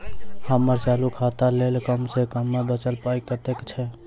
हम्मर चालू खाता लेल कम सँ कम बचल पाइ कतेक छै?